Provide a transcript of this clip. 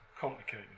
complicated